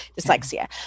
dyslexia